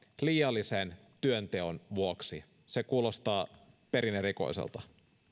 liiallisen työnteon vuoksi se kuulostaa perin erikoiselta